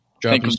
drop